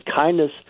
Kindness